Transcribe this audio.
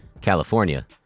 California